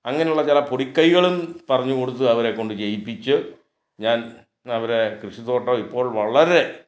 അങ്ങനുള്ള ചില പൊടികൈകളും പറഞ്ഞ് കൊടുത്ത് അവരെ കൊണ്ട് ചെയ്യിപ്പിച്ച് ഞാൻ അവരെ കൃഷിത്തോട്ടം ഇപ്പോൾ വളരെ